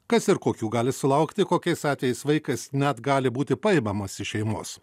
kas ir kokių gali sulaukti kokiais atvejais vaikas net gali būti paimamas iš šeimos